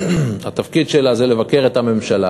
התפקיד שלה זה לבקר את הממשלה